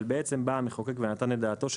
אבל המחוקק בא ונתן את דעתו,